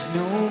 no